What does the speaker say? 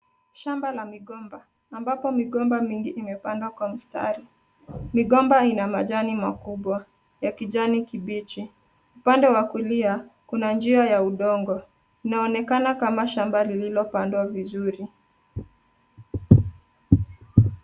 Shamba la migomba ambapo migomba mingi imepandwa kwa mstari. Migomba ina majani makubwa ya kijani kibichi. Upande wa kulia, kuna njia ya udongo. Inaonekana kama shamba lililopandwa vizuri.